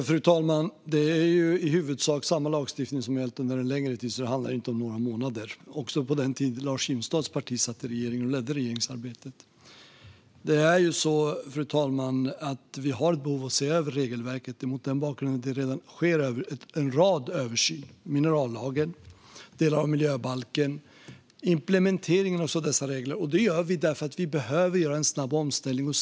Fru talman! Det är i huvudsak samma lagstiftning som har gällt under en längre tid, så det handlar inte om några månader. Den gällde också på den tid Lars Jilmstads parti satt i regeringen och ledde regeringsarbetet. Vi har ett behov, fru talman, av att se över regelverket. Mot bakgrund av detta sker redan en rad översyner. Det gäller minerallagen, delar av miljöbalken och implementeringen av dessa regler. Detta gör vi därför att vi behöver göra en snabb omställning.